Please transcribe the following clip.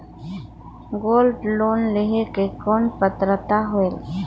Gold loan लेहे के कौन पात्रता होएल?